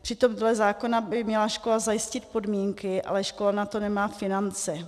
Přitom dle zákona by měla škola zajistit podmínky, ale škola na to nemá finance.